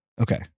Okay